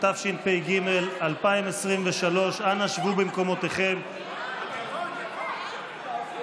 התשפ"ג 2023. אנא שבו במקומותיכם.